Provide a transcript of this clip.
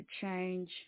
change